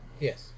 Yes